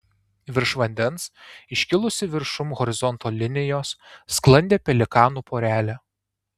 virš vandens iškilusi viršum horizonto linijos sklandė pelikanų porelė